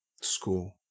school